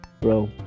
Bro